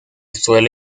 suelo